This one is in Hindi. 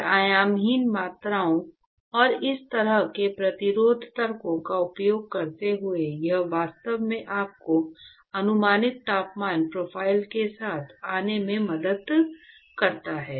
और आयामहीन मात्राओं और इस तरह के प्रतिरोध तर्कों का उपयोग करते हुए यह वास्तव में आपको अनुमानित तापमान प्रोफ़ाइल के साथ आने में मदद करता है